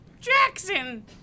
Jackson